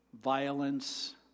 Violence